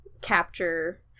capture